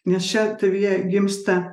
nes čia tavyje gimsta